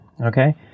Okay